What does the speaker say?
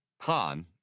Han